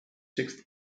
sixth